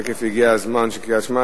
תיכף יגיע הזמן לקריאת שמע.